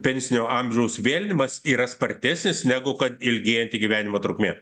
pensinio amžiaus vėlinimas yra spartesnis negu kad ilgėjanti gyvenimo trukmė